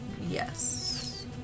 Yes